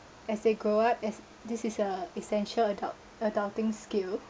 as they grow up as this is a essential adult adulting skill